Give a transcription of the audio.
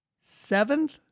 seventh